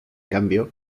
cambio